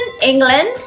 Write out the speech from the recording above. England